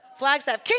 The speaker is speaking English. Flagstaff